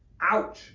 Ouch